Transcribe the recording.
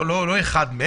לא אחד.